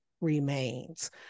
remains